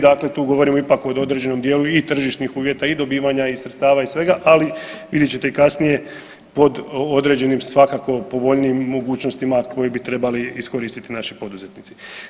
Dakle, tu govorimo ipak o određenom dijelu i tržišnih uvjeta i dobivanja sredstava i svega, ali vidjet ćete i kasnije pod određenim svakako povoljnijim mogućnostima koji bi trebali iskoristiti naši poduzetnici.